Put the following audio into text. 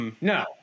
no